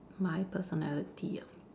my personality ah